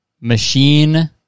Machine